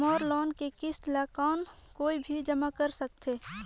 मोर loan के किस्त ल कौन कोई भी जमा कर सकथे?